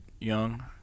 young